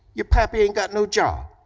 your pappy ain't got no job.